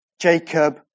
Jacob